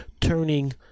turning